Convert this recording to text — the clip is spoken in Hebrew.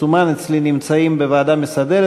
מסומן אצלי שנמצאים בוועדה המסדרת.